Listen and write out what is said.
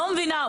לא מבינה,